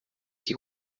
die